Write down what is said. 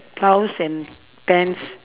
blouse and pants